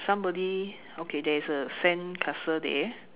somebody okay there is a sand castle there